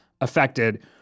affected